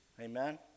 Amen